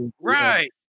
right